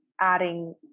adding